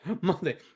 Monday